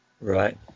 right